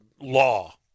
law